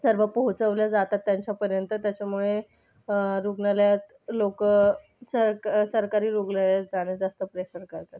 सर्व पोहोचवल्या जातात त्यांच्यापर्यंत त्याच्यामुळे रुग्णालयात लोक सरकारी रुग्णालयात जाणं जास्त प्रेफर करतात